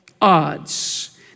odds